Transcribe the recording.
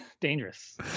Dangerous